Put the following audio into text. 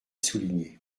souligné